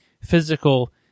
physical